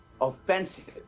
offensive